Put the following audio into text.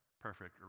perfect